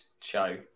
show